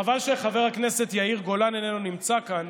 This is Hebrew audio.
חבל שחבר הכנסת יאיר גולן איננו נמצא כאן,